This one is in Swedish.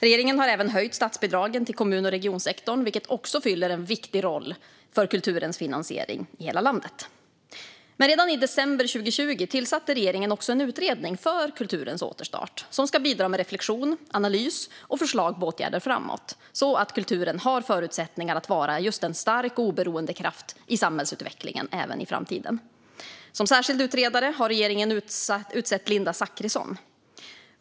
Regeringen har även höjt statsbidragen till kommun och regionsektorn, vilket också spelar en viktig roll för kulturens finansiering i hela landet. Men redan i december 2020 tillsatte regeringen också en utredning om kulturens återstart som ska bidra med reflektion, analys och förslag till åtgärder framåt så att kulturen har förutsättningar att vara en stark och oberoende kraft i samhällsutvecklingen även i framtiden. Till särskild utredare har regeringen utsett Linda Zachrison.